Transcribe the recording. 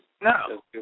No